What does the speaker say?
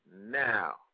now